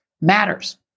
matters